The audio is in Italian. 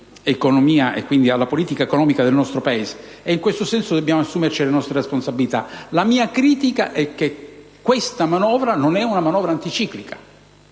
contributo alla politica economica del nostro Paese. In questo senso dobbiamo assumerci le nostre responsabilità. La mia critica è che questa non è una manovra anticiclica.